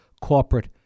corporate